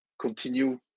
continue